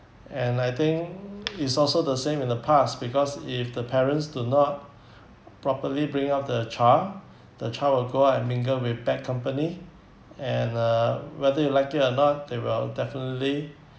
and I think it's also the same in the past because if the parents do not properly bring up the child the child would go out and mingle with bad company and uh whether you like it or not they will definitely